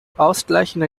ausgleichende